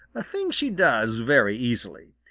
a thing she does very easily.